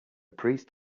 priest